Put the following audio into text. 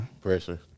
pressure